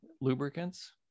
lubricants